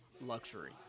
luxury